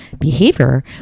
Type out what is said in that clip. behavior